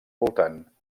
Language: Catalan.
voltant